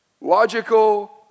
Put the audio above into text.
logical